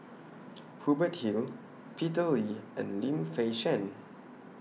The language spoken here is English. Hubert Hill Peter Lee and Lim Fei Shen